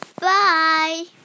Bye